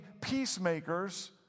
peacemakers